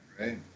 right